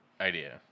idea